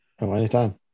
Anytime